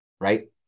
right